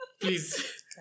Please